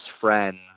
friends